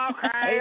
Okay